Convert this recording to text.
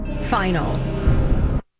final